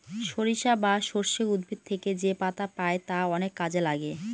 সরিষা বা সর্ষে উদ্ভিদ থেকে যেপাতা পাই তা অনেক কাজে লাগে